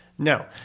No